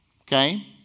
okay